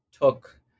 took